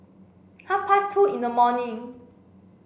half past two in the morning